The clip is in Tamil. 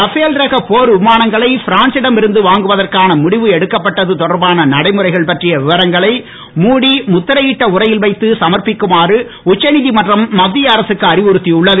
ரஃபேல் ரக போர் விமானங்களை பிரான்சிடம் இருந்து வாங்குவதற்கான முடிவு எடுக்கப்பட்டது தொடர்பான நடைமுறைகள் பற்றிய விவரங்களை மூடி முத்திரையிட்ட உறையில் வைத்து சமர்பிக்குமாறு உச்சநீதிமன்றம் மத்திய அரசுக்கு அறிவுறுத்தி உள்ளது